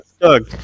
Doug